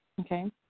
Okay